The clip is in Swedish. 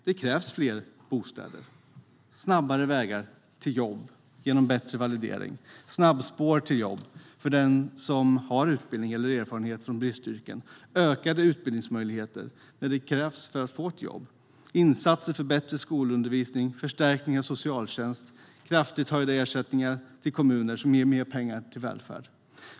Det som krävs är fler bostäder, snabbare vägar till jobb genom bättre validering, snabbspår till jobb för den som har en utbildning eller erfarenheter från bristyrken, ökade utbildningsmöjligheter när det krävs för att få ett jobb, insatser för bättre skolundervisning, förstärkning av socialtjänst och kraftigt höjda ersättningar till kommunerna som ger mer pengar till välfärd.